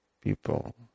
people